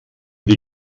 die